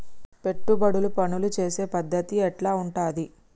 పెట్టుబడులు వసూలు చేసే పద్ధతి ఎట్లా ఉంటది?